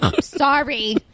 Sorry